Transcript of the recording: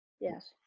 Yes